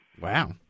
Wow